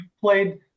played